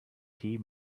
tea